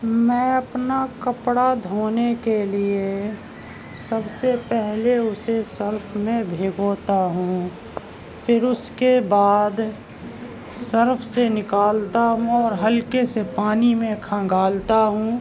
میں اپنا کپڑا دھونے کے لیے سب سے پہلے اسے سرف میں بھگوتا ہوں پھر اس کے بعد سرف سے نکالتا ہوں اور ہلکے سے پانی میں کھنگالتا ہوں